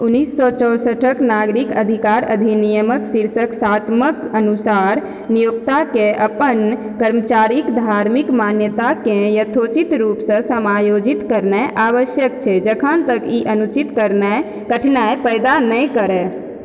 उनैस सओ चौँसठिके नागरिक अधिकार अधिनियमके शीर्षक सातमके अनुसार नियोक्ताके अपन कर्मचारीके धार्मिक मान्यताके यथोचित रूपसँ समायोजित करनाए आवश्यक छै जखन तक ई अनुचित कठिनाइ पैदा नहि करए